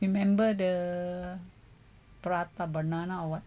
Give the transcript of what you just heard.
remember the prata banana or what